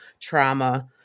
trauma